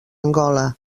angola